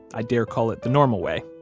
i dare call it the normal way.